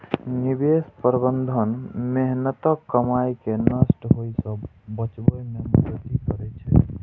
निवेश प्रबंधन मेहनतक कमाई कें नष्ट होइ सं बचबै मे मदति करै छै